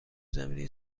زمینی